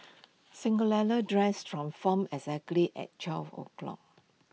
Cinderella's dress transformed exactly at twelve o' clock